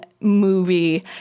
movie